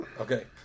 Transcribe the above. Okay